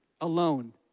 alone